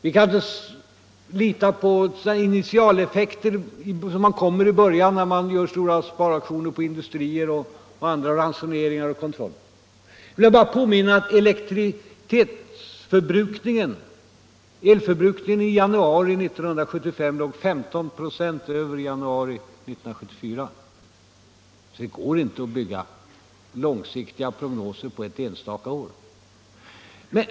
Vi kan inte lita på initialeffekter som kommer i början när man gör stora sparaktioner på industrier och genomför ransoneringar och kontroller. Jag vill bara påminna om att elförbrukningen i januari 1975 låg 15 926 över elförbrukningen i januari 1974. Det går inte att bygga långsiktiga prognoser på ett enstaka år.